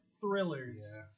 thrillers